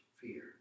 fear